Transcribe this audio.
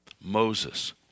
Moses